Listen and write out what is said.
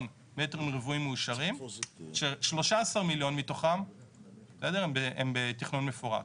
מ"ר מאושרים כש-13 מיליון מתוכם הם בתכנון מפורט.